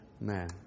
man